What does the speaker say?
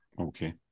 Okay